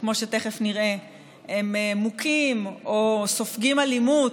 כמו שתכף נראה, הם מוכים או סופגים אלימות,